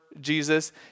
Jesus